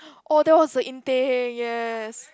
oh that was the in thing yes